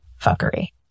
fuckery